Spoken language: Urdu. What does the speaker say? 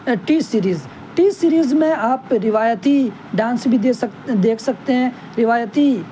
ٹی سیریز ٹی سیریز میں آپ روایتی ڈانس بھی دے سکتے دیکھ سکتے ہیں روایتی